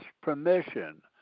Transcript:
permission